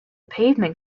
pavement